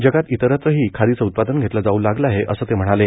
जगात इतरत्रही खादीचं उत्पादन घेतलं जाऊ लागलंय असं ते म्हणाले